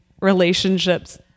relationships